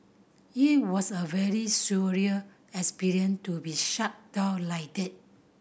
it was a very surreal experience to be shut down like that